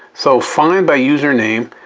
so find by username.